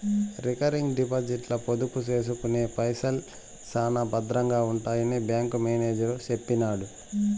recurring డిపాజిట్ల పొదుపు సేసుకున్న పైసల్ శానా బద్రంగా ఉంటాయని బ్యాంకు మేనేజరు సెప్పినాడు